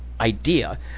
idea